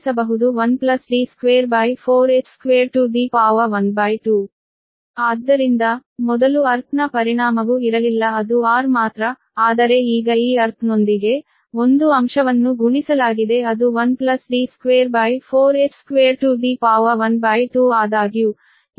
ಆದ್ದರಿಂದ ಮೊದಲು ಅರ್ಥ್ ನ ಪರಿಣಾಮವು ಇರಲಿಲ್ಲ ಅದು r ಮಾತ್ರ ಆದರೆ ಈಗ ಈ ಅರ್ಥ್ ನೊಂದಿಗೆ ಒಂದು ಅಂಶವನ್ನು ಗುಣಿಸಲಾಗಿದೆ ಅದು 1D24h212